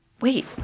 wait